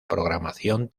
programación